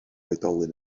oedolion